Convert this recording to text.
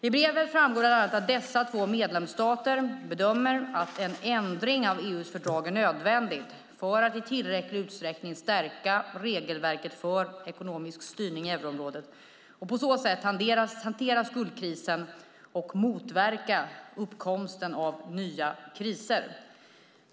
I brevet framgår bland annat att dessa två medlemsstater bedömer att en ändring av EU:s fördrag är nödvändig för att i tillräcklig utsträckning stärka regelverket för ekonomisk styrning i euroområdet och på så sätt hantera skuldkrisen och motverka uppkomsten av nya kriser.